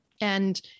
and-